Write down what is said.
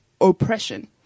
oppression